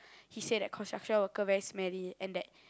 he say that construction worker very smelly and that